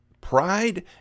Pride